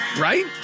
Right